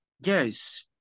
yes